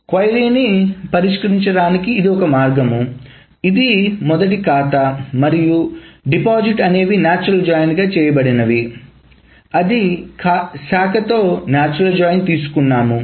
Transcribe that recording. query ను పరిష్కరించడానికి ఇది ఒక మార్గం ఇది మొదటి ఖాతా మరియు డిపాజిట్ అనేవి నాచురల్ జాయిన్ గా చేయబడినవి అది శాఖతో నాచురల్ జాయిన్ తీసుకున్నాము